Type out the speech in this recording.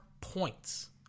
points